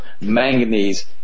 manganese